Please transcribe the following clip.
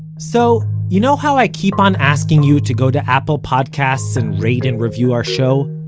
so, you know how i keep on asking you to go to apple podcasts and rate and review our show?